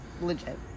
Legit